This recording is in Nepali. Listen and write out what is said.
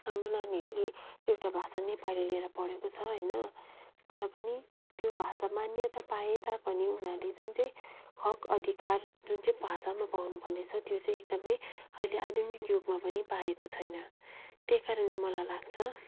हाम्रो नानीहरूले एउटा भाषा नेपाली लिएर पढेको छ होइन तर पनि त्यो भाषा मान्यता पाए तापनि उनीहरूले जुन चाहिँ हक अधिकार जुन चाहिँ भाषामा पाउनुपर्ने छ त्यो चाहिँ एकदमै अहिले आधुनिक युगमा पनि पाएको छैन त्यही कारणले मलाई लाग्छ